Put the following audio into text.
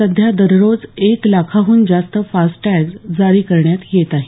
सध्या दररोज एक लाखाहून जास्त फास्टॅग्स जारी करण्यात येत आहेत